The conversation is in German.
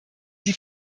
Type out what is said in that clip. sie